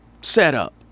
setup